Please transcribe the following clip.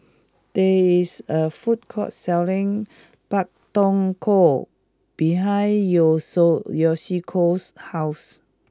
there is a food court selling Pak Thong Ko behind your so Yoshiko's house